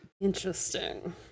Interesting